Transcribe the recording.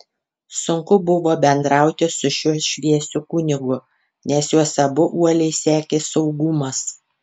sunku buvo bendrauti su šiuo šviesiu kunigu nes juos abu uoliai sekė saugumas